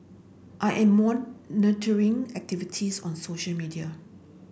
I am monitoring activities on social media